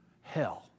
hell